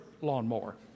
lawnmower